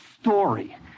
story